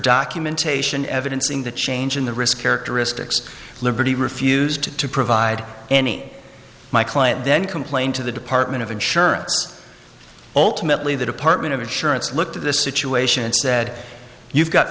documentation evidencing the change in the risk characteristics liberty refused to provide any my client then complained to the department of insurance ultimately the department of insurance looked at the situation and said you've got